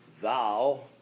Thou